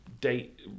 date